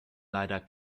leider